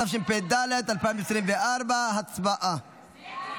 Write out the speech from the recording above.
התשפ"ד 2024. הצבעה.